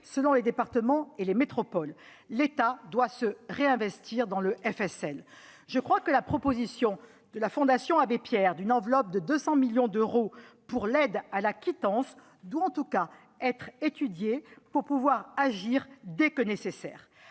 selon les départements et les métropoles. L'État doit se réinvestir dans le Fonds de solidarité pour le logement (FSL). Je crois que la proposition de la Fondation Abbé Pierre d'une enveloppe de 200 millions d'euros pour l'aide à la quittance doit en tout cas être étudiée pour pouvoir agir dès que nécessaire.